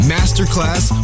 Masterclass